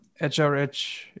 HRH